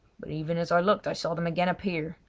but even as i looked i saw them again appear.